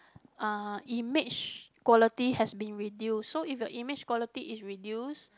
uh image quality has been reduced so if your image quality is reduced